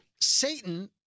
Satan